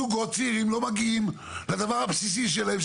זוגות צעירים לא מגיעים לדבר הבסיסי שלהם,